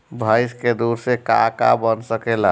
भइस के दूध से का का बन सकेला?